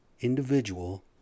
individual